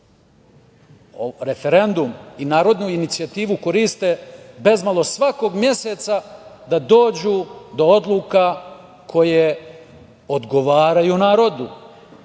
referendum i narodnu inicijativu koriste bezmalo svakog meseca da dođu do odluka koje odgovaraju narodu,